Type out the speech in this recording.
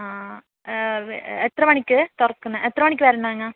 ആ ഏ വെ എത്ര മണിക്ക് തുറക്കുന്നത് എത്ര മണിക്ക് വരണം ഞാൻ